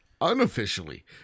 unofficially